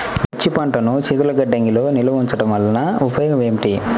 మిర్చి పంటను శీతల గిడ్డంగిలో నిల్వ ఉంచటం వలన ఉపయోగం ఏమిటి?